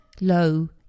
low